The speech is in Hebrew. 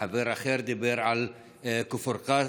אדוני היושב-ראש,